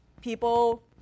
people